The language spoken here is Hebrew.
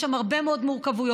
יש שם הרבה מאוד מורכבויות.